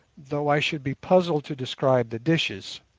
though i should be puzzled to describe the dishes.